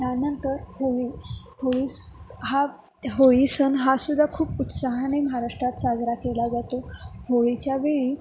त्यानंतर होळी होळी हा होळी सण हा सुद्धा खूप उत्साहने महाराष्ट्रात साजरा केला जातो होळीच्या वेळी